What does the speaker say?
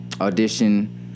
audition